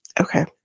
Okay